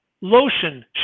lotion